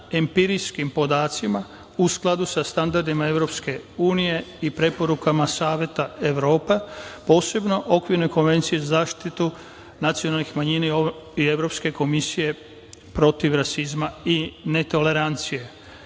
empirijskim podacima u skladu sa standardima EU i preporukama Saveta Evrope, posebno okvirne konvencije za zaštitu nacionalnih manjina i Evropske komisije protiv rasizma i netolerancije. Pomenuli